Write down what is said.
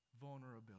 vulnerability